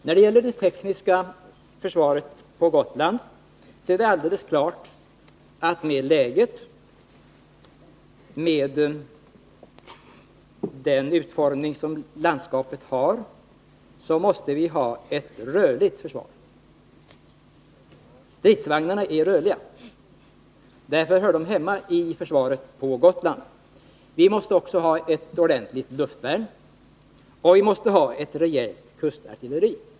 När det gäller det tekniska försvaret på Gotland är det alldeles klart att vi, med det läge och den utformning som landskapet har, måste ha ett rörligt försvar. Stridsvagnarna är rörliga. Därför hör de hemma i försvaret på Gotland. Vi måste ha ett ordentligt luftvärn, och vi måste ha ett rejält kustartilleri.